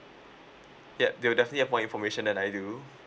yup they will definitely have more information than I do